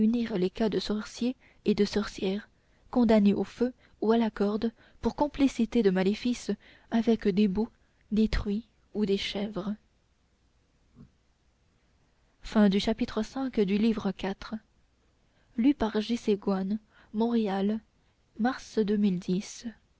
les cas de sorciers et de sorcières condamnés au feu ou à la corde pour complicité de maléfices avec des boucs des truies ou des chèvres vi